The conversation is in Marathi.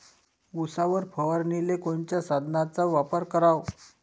उसावर फवारनीले कोनच्या साधनाचा वापर कराव?